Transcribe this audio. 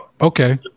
Okay